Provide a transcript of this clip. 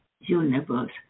universe